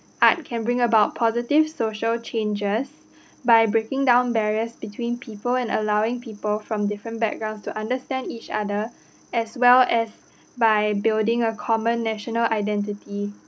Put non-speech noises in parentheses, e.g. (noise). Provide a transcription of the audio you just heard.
art can bring about positive social changes (breath) by breaking down barriers between people and allowing people from different backgrounds to understand each other (breath) as well as by building a common national identity